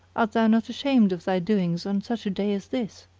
art thou not ashamed of thy doings on such a day as this!